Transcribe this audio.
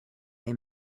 they